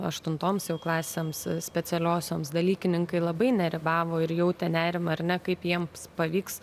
aštuntoms jau klasėms specialiosioms dalykininkai labai nerimavo ir jautė nerimą ar ne kaip jiems pavyks